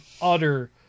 utter